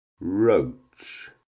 roach